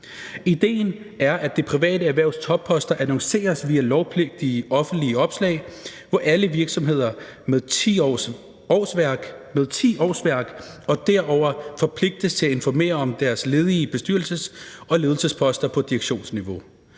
Idéen er, at det private erhvervs topposter annonceres via lovpligtige offentlige opslag, hvor alle virksomheder med 10 årsværk og derover forpligtes til at informere om deres ledige bestyrelses- og ledelsesposter på direktionsniveau.